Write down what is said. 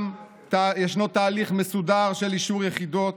יש תהליך מסודר של אישור יחידות,